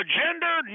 gender